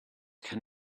can